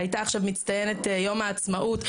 הייתה עכשיו מצטיינת יום העצמאות.